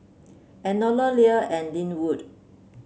Enola Leah and Lynwood